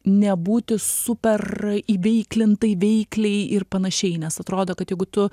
nebūti super įveiklintai veikliai ir panašiai nes atrodo kad jeigu tu